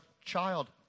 child